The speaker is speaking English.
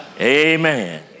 Amen